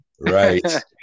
Right